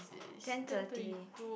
ten thirty